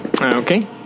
Okay